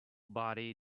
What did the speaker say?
body